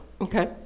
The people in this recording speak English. Okay